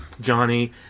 Johnny